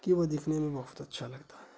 کہ وہ دکھنے میں بہت اچھا لگتا ہے